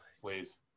Please